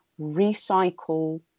recycle